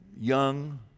young